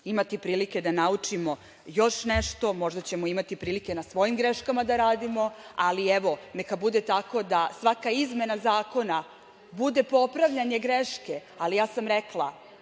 imati prilike da naučimo još nešto, možda ćemo imati prilike na svojim greškama da radimo, ali evo, neka bude tako da svaka izmena zakona bude popravljanje greške, ali ja sam rekla,